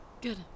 Good